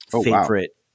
favorite